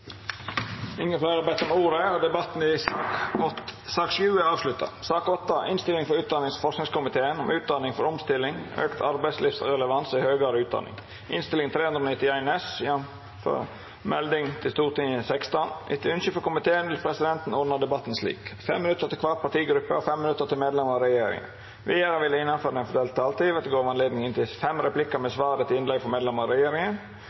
Ingen har bedt om ordet. Ingen har bedt om ordet. Etter ønske fra utdannings- og forskningskomiteen vil presidenten ordne debatten slik: 3 minutter til hver partigruppe og 3 minutter til medlemmer av regjeringen. Videre vil det – innenfor den fordelte taletid – bli gitt anledning til inntil fem replikker med svar etter innlegg fra medlemmer av regjeringen,